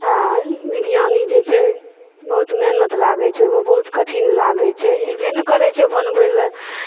आ बिरयानी जे छै बहुत मेहनत लागय छै ओहिमऽ बहुत कठिन लागै छै एबय नहि करैत छै बनबयलऽ